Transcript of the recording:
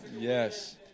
Yes